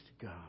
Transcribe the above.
God